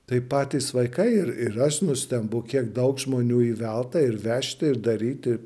tai patys vaikai ir ir aš nustembu kiek daug žmonių įvelta ir vežti ir daryti